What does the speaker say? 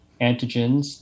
antigens